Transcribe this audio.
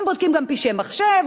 הם בודקים גם פשעי מחשב,